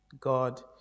God